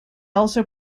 also